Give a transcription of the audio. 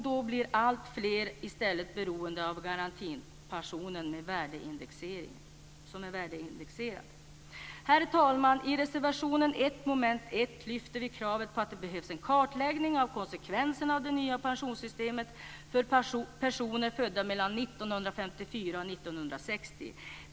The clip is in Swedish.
Då bli alltfler i stället beroende av garantipensionen som är värdeindexerad. Herr talman! I reservation 1 under mom. 1 lyfter vi kravet på att det behövs en kartläggning av konsekvenserna av det nya pensionssystemet för personer födda mellan 1954 och 1960.